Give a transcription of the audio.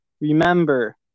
Remember